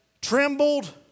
trembled